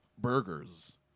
burgers